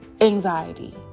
anxiety